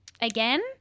again